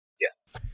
Yes